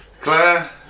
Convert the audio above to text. Claire